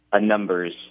numbers